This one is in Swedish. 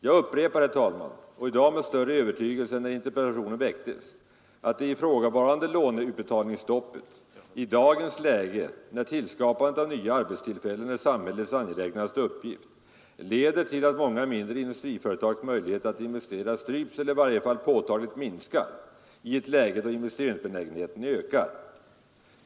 Jag upprepar — och i dag med större övertygelse än när interpellationen väcktes — att det ifrågavarande låneutbetalningsstoppet i dagens läge, när tillskapandet av nya arbetstillfällen är samhällets angelägnaste uppgift, leder till att många mindre industriföretags möjligheter att investera stryps eller i varje fall påtagligt minskar i ett läge då investeringsbenägenheten ökar.